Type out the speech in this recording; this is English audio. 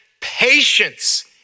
patience